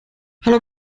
hallo